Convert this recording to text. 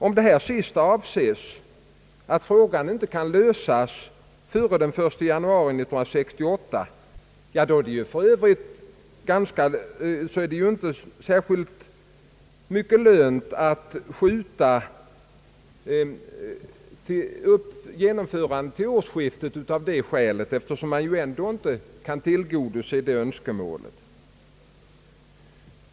Om med detta sista uttalande avses att frågan inte kan lösas före den 1 januari 1968, är det ju inte mycket lönt att skjuta genomförandet av reformen till årsskiftet av det skälet, eftersom man ändå inte kan tillgodose det önskemålet.